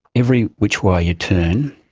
every which way you turn,